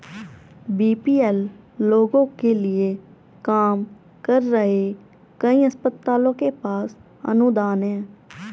BPL लोगों के लिए काम कर रहे कई अस्पतालों के पास अनुदान हैं